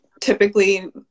typically